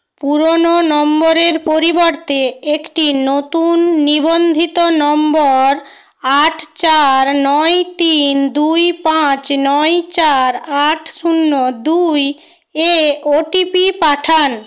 পুরনো নম্বরের পরিবর্তে একটি নতুন নিবন্ধিত নম্বর আট চার নয় তিন দুই পাঁচ নয় চার আট শূন্য দুই এ ও টি পি পাঠান